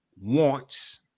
wants